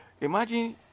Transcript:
imagine